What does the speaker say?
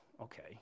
okay